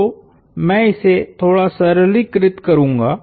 तो मैं इसे थोड़ा सरलीकृत करूंगा